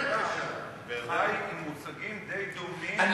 קרובה אלי חי עם מושגים די דומים ועם,